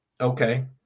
Okay